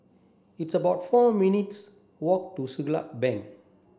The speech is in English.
it's about four minutes' walk to Siglap Bank